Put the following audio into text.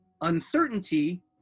uncertainty